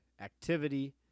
activity